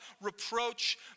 reproach